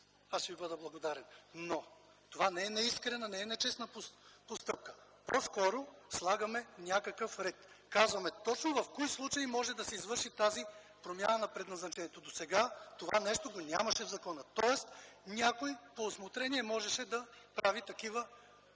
аз ще ви бъда благодарен, но това не е неискрена, не е нечестна постъпка – по-скоро слагаме някакъв ред. Казваме точно в кои случаи може да се извърши тази промяна на предназначението. Досега това нещо го нямаше в закона, тоест някой по усмотрение можеше да прави такива